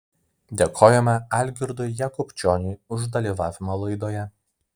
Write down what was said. dėkojame algirdui jakubčioniui už dalyvavimą laidoje